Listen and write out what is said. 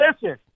listen